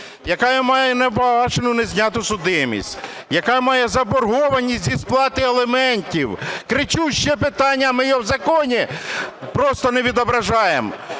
яка має непогашену, незняту судимість, яка має заборгованість зі сплати аліментів. Кричуще питання, а ми його в законі просто не відображаємо.